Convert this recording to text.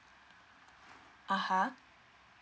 (uh huh)